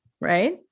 right